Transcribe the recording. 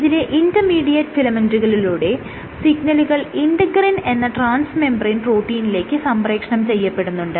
ഇതിലെ ഇന്റർമീഡിയറ്റ് ഫിലമെന്റുകളിലൂടെ സിഗ്നലുകൾ ഇന്റെഗ്രിൻ എന്ന ട്രാൻസ് മെംബ്രേയ്ൻ പ്രോട്ടീനിലേക്ക് സംപ്രേക്ഷണം ചെയ്യപ്പെടുന്നുണ്ട്